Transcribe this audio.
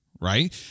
right